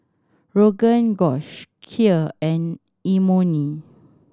Rogan Josh Kheer and Imoni